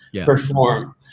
perform